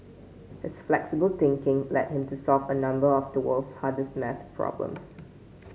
his flexible thinking led him to solve a number of the world's hardest maths problems